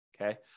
Okay